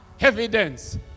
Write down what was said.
Evidence